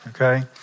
okay